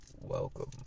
Welcome